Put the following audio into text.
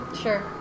Sure